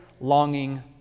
longing